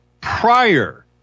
prior